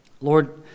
Lord